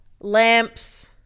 lamps